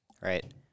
right